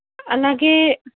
అలాగే